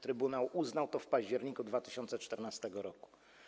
Trybunał uznał to w październiku 2014 r.